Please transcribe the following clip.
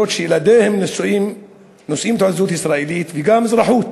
אף-על-פי שילדיהם נושאים תעודת זהות ישראלית וגם אזרחות,